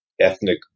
ethnic